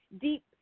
deep